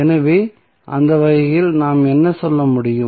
எனவே அந்த வகையில் நாம் என்ன சொல்ல முடியும்